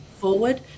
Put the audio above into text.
forward